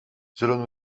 zullen